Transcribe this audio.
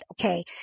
okay